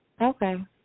Okay